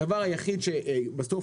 הדבר היחיד שבסוף